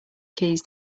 keys